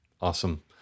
awesome